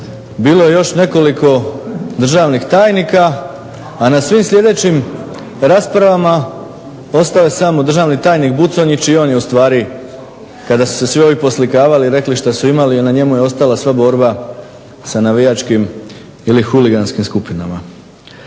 bilo je još nekoliko državnih tajnika, a na svim sljedećim raspravama ostao je samo državni tajnik Buconjić i on je u stvari kada su se svi ovi poslikavali rekli što su imali, a na njemu je ostala sva borba sa navijačkim ili huliganskim skupinama.